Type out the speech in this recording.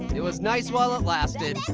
it was nice while it lasted.